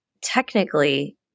technically